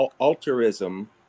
altruism